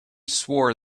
swore